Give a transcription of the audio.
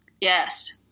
Yes